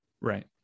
right